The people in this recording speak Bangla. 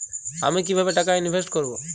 আমি কিভাবে টাকা ইনভেস্ট করব?